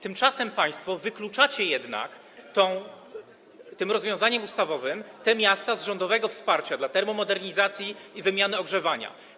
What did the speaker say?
Tymczasem państwo wykluczacie jednak tym rozwiązaniem ustawowym te miasta z rządowego wsparcia dla termomodernizacji i wymiany ogrzewania.